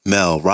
Mel